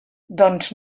doncs